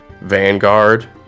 Vanguard